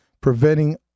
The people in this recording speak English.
preventing